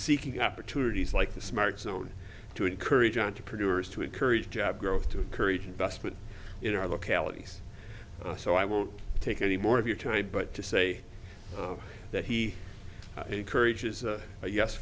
seeking opportunities like the smart zone to encourage entrepreneurs to encourage job growth to encourage investment in our locality so i won't take any more of your tie but to say that he encourages a yes